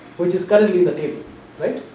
which is currently the table